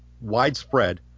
Widespread